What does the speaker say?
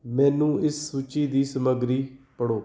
ਮੈਨੂੰ ਇਸ ਸੂਚੀ ਦੀ ਸਮੱਗਰੀ ਪੜ੍ਹੋ